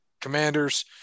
Commanders